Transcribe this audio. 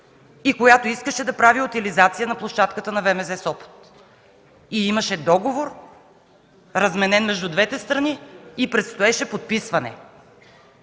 и която искаше да прави утилизация на площадката на ВМЗ – Сопот, и имаше договор, разменен между двете страни, и предстоеше подписване?